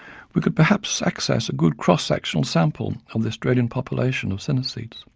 we could perhaps access a good cross-sectional sample of the australian population of synaesthetes.